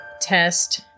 test